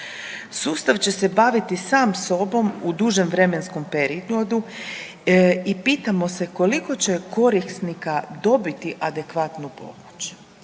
Sustav će se baviti sam sobom u dužem vremenskom periodu i pitamo se koliko će korisnika dobiti adekvatnu pomoć.